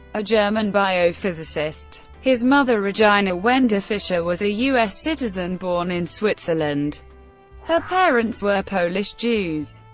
a german biophysicist. his mother, regina wender fischer, was a us citizen, born in switzerland her parents were polish jews.